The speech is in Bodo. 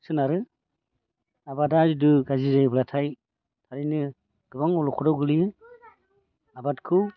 सोनारो आबादा जिदु गाज्रि जायोब्लाथाय फ्रायनो गोबां अल'खदाव गोग्लैयो आबादखौ